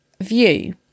view